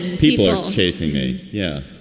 people are chasing me. yeah,